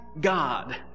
God